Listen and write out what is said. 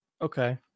Okay